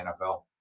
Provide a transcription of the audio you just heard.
NFL